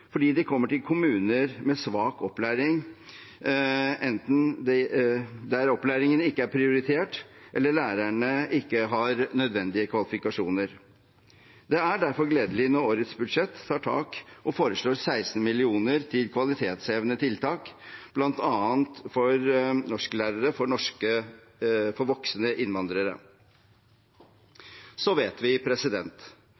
fordi de kommer til kommuner med svak opplæring, enten der opplæringen ikke er prioritert, eller der lærerne ikke har nødvendige kvalifikasjoner. Det er derfor gledelig når årets budsjett tar tak og foreslår 16 mill. kr til kvalitetshevende tiltak, bl.a. for norsklærere for voksne